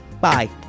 Bye